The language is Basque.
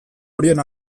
horien